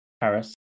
paris